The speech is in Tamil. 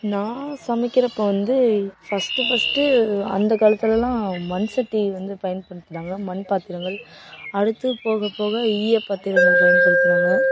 நான் சமைக்கிறப்போ வந்து ஃபஸ்ட்டு ஃபஸ்ட்டு அந்த காலத்தில் எல்லாம் மண்சட்டி வந்து பயன்படுத்தினாங்க மண் பாத்திரங்கள் அடுத்து போக போக ஈயப் பாத்திரங்கள் பயன்படுத்தினாங்க